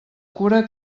cura